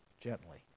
gently